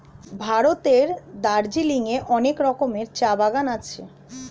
ভারতের দার্জিলিং এ অনেক রকমের চা বাগান আছে